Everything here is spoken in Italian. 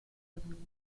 dimensioni